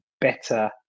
better